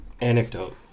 anecdote